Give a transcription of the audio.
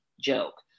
joke